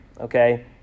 Okay